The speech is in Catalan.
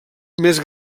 més